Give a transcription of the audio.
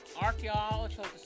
Archaeological